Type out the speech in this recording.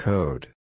Code